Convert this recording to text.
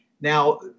now